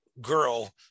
girl